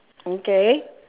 okay